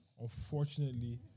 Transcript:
Unfortunately